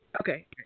Okay